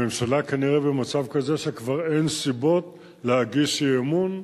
הממשלה כנראה במצב כזה שכבר אין סיבות להגיש אי-אמון.